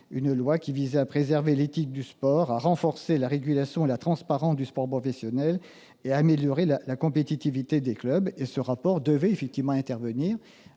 du 1mars 2017 visant à préserver l'éthique du sport, à renforcer la régulation et la transparence du sport professionnel et à améliorer la compétitivité des clubs. Ce rapport devait être remis